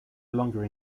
longer